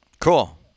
Cool